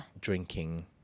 drinking